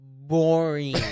Boring